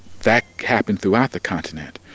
that happened throughout the continent,